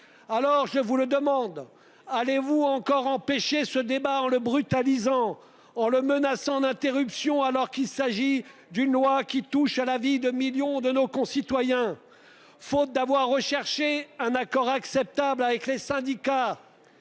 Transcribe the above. Alors je vous le demande, allez-vous encore empêcher ce débat en le brutalisant en le menaçant d'interruption alors qu'il s'agit d'une loi qui touche à la vie de millions de nos concitoyens. Faute d'avoir recherché un accord acceptable avec les syndicats.